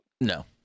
No